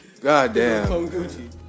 Goddamn